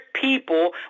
people